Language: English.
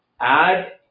add